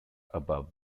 above